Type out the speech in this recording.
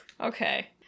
Okay